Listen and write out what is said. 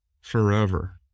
forever